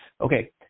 Okay